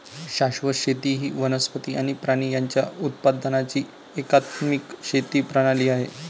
शाश्वत शेती ही वनस्पती आणि प्राणी यांच्या उत्पादनाची एकात्मिक शेती प्रणाली आहे